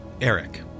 Eric